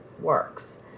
works